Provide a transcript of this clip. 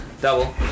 Double